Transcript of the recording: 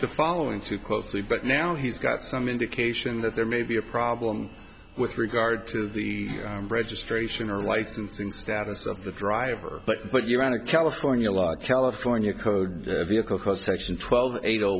to following too closely but now he's got some indication that there may be a problem with regard to the registration or licensing status of the driver but put you on a california law california code vehicle code section twelve eight